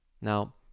Now